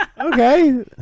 Okay